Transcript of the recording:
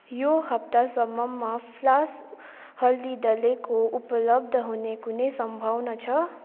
यो हप्तासम्ममा फ्लास्क हल्दी दलेको उपलब्ध हुने कुनै सम्भावना छ